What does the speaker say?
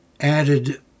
added